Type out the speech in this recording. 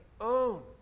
own